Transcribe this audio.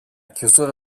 chiusura